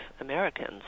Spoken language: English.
Americans